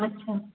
अछा